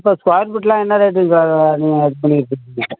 இப்போ ஸ்கொயர் ஃபீட்லாம் என்ன ரேட்டுங்க சார் நீங்கள் இது பண்ணிக்கிட்டிருக்கீங்க